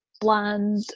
bland